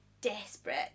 desperate